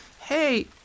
Hey